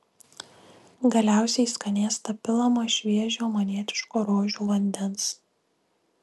galiausiai į skanėstą pilama šviežio omanietiško rožių vandens